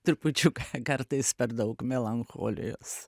trupučiuką kartais per daug melancholijos